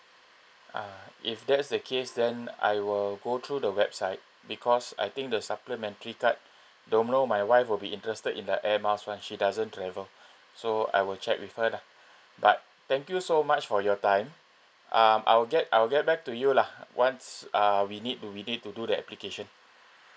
ah if that's the case then I will go through the website because I think the supplementary card don't know my wife will be interested in the air miles [one] she doesn't travel so I will check with her lah but thank you so much for your time um I'll get I'll get back to you lah once uh we need to we need to do the application